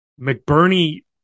McBurney